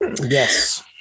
yes